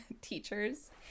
teachers